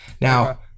Now